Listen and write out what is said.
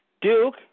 Duke